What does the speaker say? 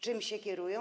Czym się kierują?